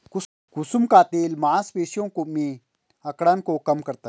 कुसुम का तेल मांसपेशियों में अकड़न को कम करता है